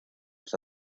was